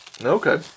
Okay